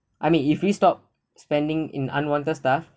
I mean if we stop spending in unwanted stuff